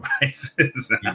devices